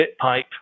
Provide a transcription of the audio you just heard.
BitPipe